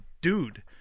dude